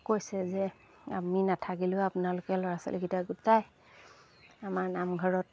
কৈছে যে আমি নাথাকিলেও আপোনালোকে ল'ৰা ছোৱালীকেইটা গোটাই আমাৰ নামঘৰত